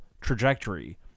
trajectory